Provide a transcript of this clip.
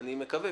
אני מקווה,